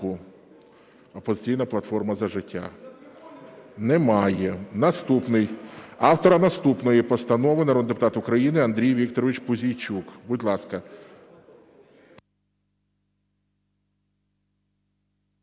Автора наступної постанови – народний депутат України Андрій Вікторович Пузійчук. Будь ласка.